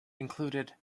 included